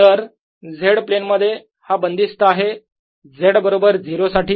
तर Z प्लेनमध्ये हा बंदिस्त आहे Z बरोबर 0 साठी